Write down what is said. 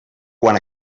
quan